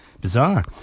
Bizarre